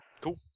Cool